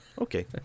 Okay